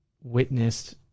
witnessed